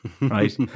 Right